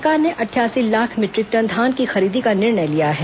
सरकार ने अठासी लाख मीटरिक टन धान की खरीदी का निर्णय लिया है